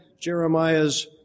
Jeremiah's